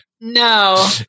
No